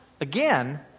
again